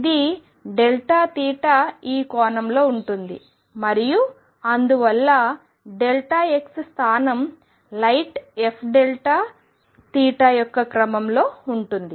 ఇది ఈ కోణంలో ఉంటుంది మరియు అందువల్ల x స్థానం లైట్ f యొక్క క్రమంలో ఉంటుంది